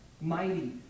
mighty